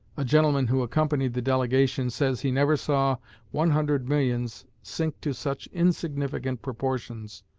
a gentleman who accompanied the delegation says he never saw one hundred millions sink to such insignificant proportions,